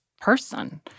person